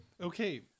okay